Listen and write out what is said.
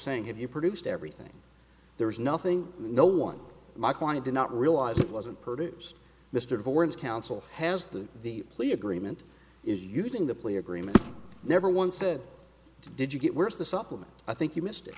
saying if you produced everything there is nothing no one my client did not realize it wasn't produce mr horn's counsel has the the plea agreement is using the plea agreement never once said did you get worse the supplement i think you missed it